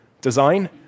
design